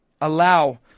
allow